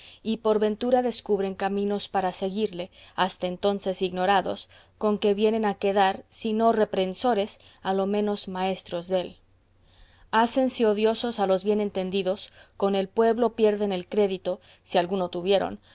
y por ventura descubren caminos para seguirle hasta entonces ignorados con que vienen a quedar si no reprehensores a lo menos maestros dél hácense odiosos a los bien entendidos con el pueblo pierden el crédito si alguno tuvieron